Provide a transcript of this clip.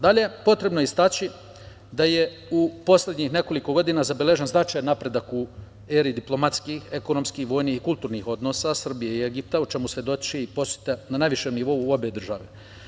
Dalje, potrebno je istaći da je u poslednjih nekoliko godina zabeležen značajan napredak u eri diplomatskih, ekonomskih, vojnih i kulturnih odnosa Srbije i Egipta, o čemu svedoči i poseta na najvišem nivou obe države.